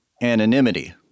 anonymity